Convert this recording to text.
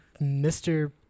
Mr